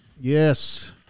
Yes